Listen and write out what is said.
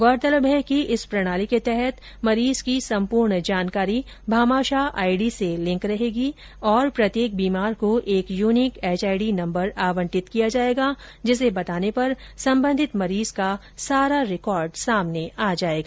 गौरतलब है कि इस प्रणाली के तहत मरीज की सम्पूर्ण जानकारी भामाशाह आईडी से लिंक रहेगी और प्रत्येक बीमार को एक यूनिक एचआईडी नम्बर आवंटित किया जायेगा जिसे बताने पर सम्बन्धित मरीज का सारा रिकॉर्ड सामने आ जायेगा